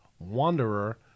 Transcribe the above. wanderer